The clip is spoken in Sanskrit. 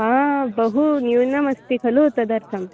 हा बहू न्यूनमस्ति खलु तदर्थम्